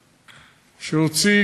שהוציא,